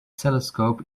telescope